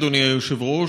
אדוני היושב-ראש,